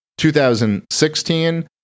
2016